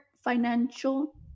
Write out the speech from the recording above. financial